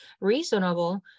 reasonable